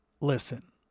Listen